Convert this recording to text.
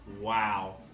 Wow